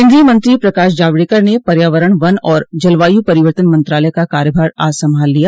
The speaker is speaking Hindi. केन्द्रीय मंत्री प्रकाश जावड़ेकर ने पर्यावरण वन और जलवायु परिवर्तन मंत्रालय का कार्यभार आज संभाल लिया